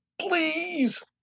please